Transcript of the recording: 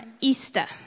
Easter